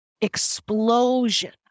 explosion